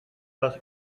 das